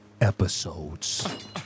episodes